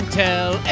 tell